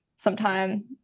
Sometime